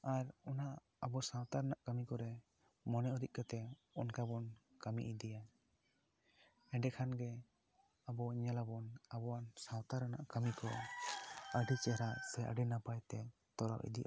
ᱟᱨ ᱚᱱᱟ ᱟᱵᱚ ᱥᱟᱶᱛᱟ ᱨᱮᱱᱟᱜ ᱠᱟᱹᱢᱤ ᱠᱚᱨᱮ ᱢᱚᱱᱮ ᱩᱨᱤᱡ ᱠᱟᱛᱮ ᱚᱱᱠᱟ ᱵᱚᱱ ᱠᱟᱹᱢᱤ ᱤᱫᱤᱭᱟ ᱮᱸᱰᱮᱠᱷᱟᱱ ᱜᱮ ᱟᱵᱚ ᱧᱮᱞᱟᱵᱚᱱ ᱟᱵᱚᱱ ᱥᱟᱶᱛᱟ ᱨᱮᱱᱟᱜ ᱠᱟᱹᱢᱤ ᱠᱚ ᱟᱹᱰᱤ ᱪᱮᱨᱦᱟ ᱥᱮ ᱟᱹᱰᱤ ᱱᱟᱯᱟᱭ ᱛᱮ ᱛᱚᱨᱟᱣ ᱤᱫᱤᱜᱼᱟ